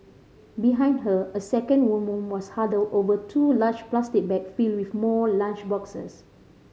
behind her a second woman was huddled over two large plastic bag filled with more lunch boxes